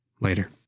Later